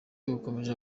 bukomeje